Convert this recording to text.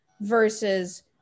versus